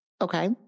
Okay